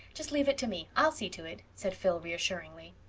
just leave it to me. i'll see to it, said phil reassuringly.